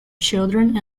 children